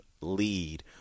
lead